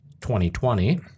2020